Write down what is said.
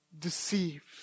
deceived